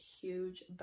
huge